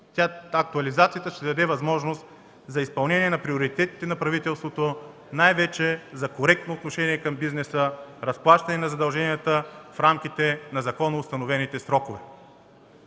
Актуализацията ще даде възможност за изпълнение на приоритетите на правителството, най-вече за коректно отношение към бизнеса, разплащане на задълженията в рамките на законоустановените срокове.